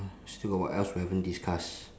still got what else we haven't discuss